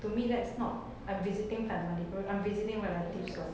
to me that's not I'm visiting family I'm visi~ visiting relatives [what]